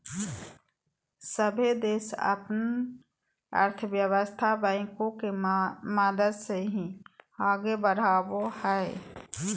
सभे देश अपन अर्थव्यवस्था बैंको के मदद से ही आगे बढ़ावो हय